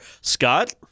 Scott